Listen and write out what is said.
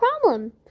problem